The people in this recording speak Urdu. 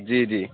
جی جی